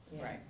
Right